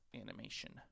Animation